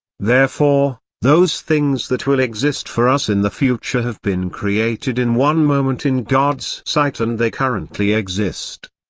therefore, those things that will exist for us in the future have been created in one moment in god's sight and they currently exist.